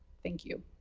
thank you.